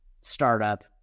startup